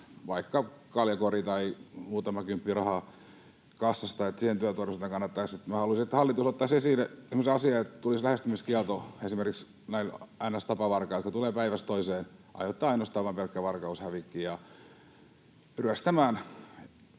vaikka kaljakori tai muutama kymppi rahaa kassasta. Siihen työturvallisuuteen kannattaisi panostaa. Minä haluaisin, että hallitus ottaisi esille semmoisen asian, että tulisi lähestymiskielto esimerkiksi näille ns. tapavarkaille, jotka tulevat päivästä toiseen, aiheuttavat ainoastaan vain pelkkää varkaushävikkiä, ryöstämään